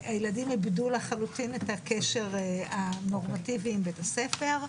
שהילדים איבדו לחלוטין את הקשר הנורמטיבי עם בית-הספר,